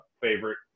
favorite